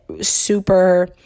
super